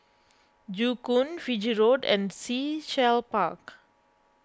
Joo Koon Fiji Road and Sea Shell Park